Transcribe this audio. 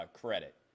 credit